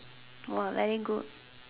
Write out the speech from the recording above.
!whoa! like that good